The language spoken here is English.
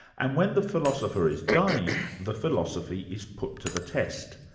and when the philosopher is dying, the philosophy is put to the test.